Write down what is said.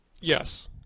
Yes